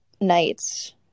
nights